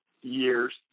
years